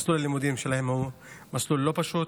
מסלול הלימודים שלהם הוא מסלול לא פשוט,